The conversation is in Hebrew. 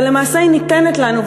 ולמעשה היא ניתנת לנו,